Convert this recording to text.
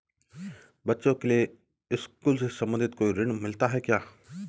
बच्चों के लिए स्कूल से संबंधित कोई ऋण मिलता है क्या?